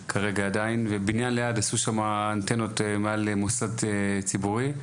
ובניין ליד עשו שם אנטנות מעל מוסד ציבורי.